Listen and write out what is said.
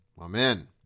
amen